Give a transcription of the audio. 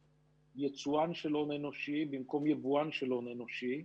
יצואן של הון אנושי במקום יבואן של הון אנושי.